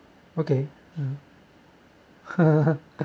okay